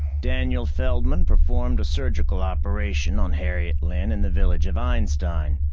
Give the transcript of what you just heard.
daniel feldman performed a surgical operation on harriet lynn in the village of einstein.